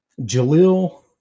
Jalil